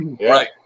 right